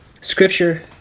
Scripture